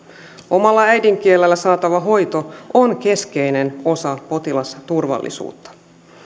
omalla äidinkielellä saatava hoito on keskeinen osa potilasturvallisuutta